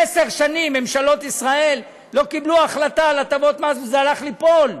עשר שנים ממשלות ישראל לא קיבלו החלטה על הטבות מס וזה הלך ליפול.